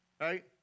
Right